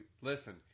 listen